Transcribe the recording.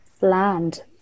land